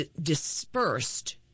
dispersed